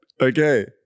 okay